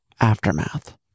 Aftermath